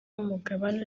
nk’umugabane